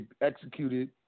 executed